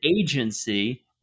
agency